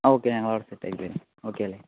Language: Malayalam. ആ ഓക്കേ ഞങ്ങൾ അവിടെ സെറ്റാക്കിത്തരും ഓക്കെ അല്ലേ